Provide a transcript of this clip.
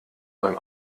beim